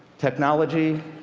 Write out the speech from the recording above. technology,